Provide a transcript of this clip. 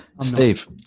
Steve